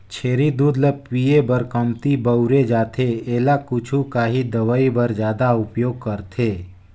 छेरी दूद ल पिए बर कमती बउरे जाथे एला कुछु काही दवई बर जादा उपयोग करथे